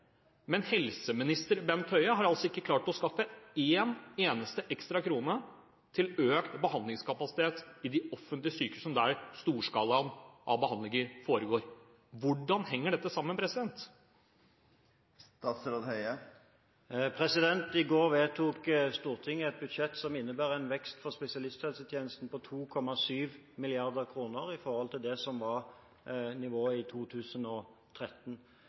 men helseminister Bent Høie har altså ikke klart å skaffe en eneste ekstra krone til økt behandlingskapasitet i de offentlige sykehusene, der storskalaen av behandlinger foregår. Hvordan henger dette sammen? I går vedtok Stortinget et budsjett som innebærer en vekst for spesialisthelsetjenesten på 2,7 mrd. kr i forhold til nivået i 2013. Det innebærer den største budsjetterte veksten i